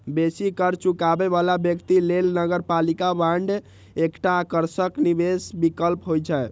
बेसी कर चुकाबै बला व्यक्ति लेल नगरपालिका बांड एकटा आकर्षक निवेश विकल्प होइ छै